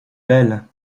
belle